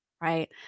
right